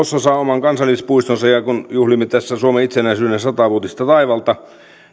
saa oman kansallispuistonsa ja kun juhlimme tässä suomen itsenäisyyden sata vuotista taivalta